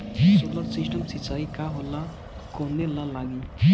Solar system सिचाई का होला कवने ला लागी?